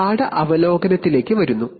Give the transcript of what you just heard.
ഒരു പാഠ അവലോകനത്തിലേക്ക് വരുന്നു